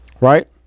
right